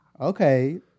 Okay